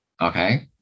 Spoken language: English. Okay